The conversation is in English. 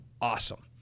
awesome